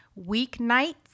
weeknights